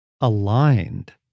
aligned